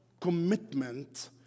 commitment